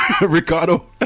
Ricardo